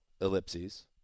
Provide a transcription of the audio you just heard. ellipses